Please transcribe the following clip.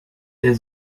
der